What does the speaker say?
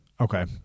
Okay